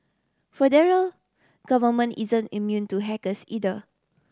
federal government isn't immune to hackers either